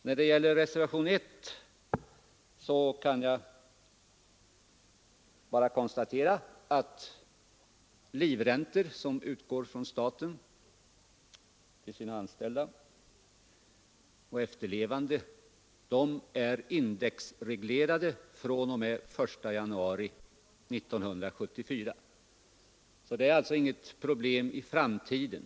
När det gäller reservationen 1 kan jag bara konstatera att de livräntor som staten betalar till sina anställda eller deras efterlevande är indexreglerade fr.o.m. den 1 januari 1974. Det är alltså inget problem i framtiden.